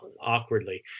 awkwardly